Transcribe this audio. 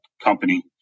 company